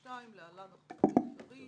2002 (להלן, החוק העיקרי),